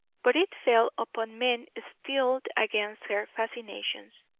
but it fell upon men steeled against her fascinations,